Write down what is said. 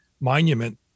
monument